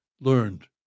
learned